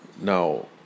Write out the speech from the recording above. now